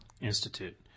Institute